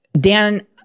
Dan